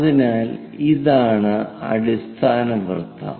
അതിനാൽ ഇതാണ് അടിസ്ഥാന വൃത്തം